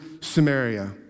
Samaria